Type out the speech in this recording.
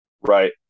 Right